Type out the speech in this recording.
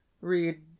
read